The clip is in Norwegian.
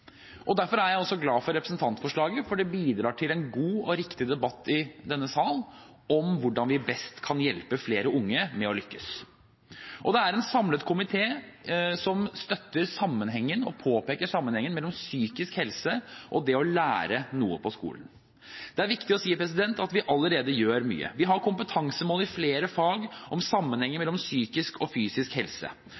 Derfor er jeg også glad for representantforslaget, for det bidrar til en god og viktig debatt i denne sal om hvordan vi best kan hjelpe flere unge med å lykkes. Det er en samlet komité som påpeker sammenhengen mellom psykisk helse og det å lære noe på skolen. Det er viktig å si at vi allerede gjør mye. Vi har kompetansemål i flere fag om sammenhengen